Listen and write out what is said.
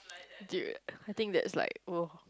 dude I think that's like [whao]